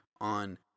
on